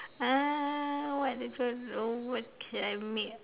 uh what what can I make